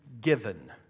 given